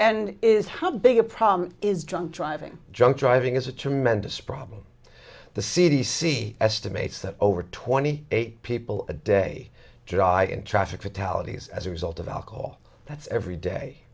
and is how big a problem is drunk driving drunk driving is a tremendous problem the c d c estimates that over twenty eight people a day drive in traffic fatalities as a result of alcohol that's every day